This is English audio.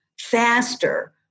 Faster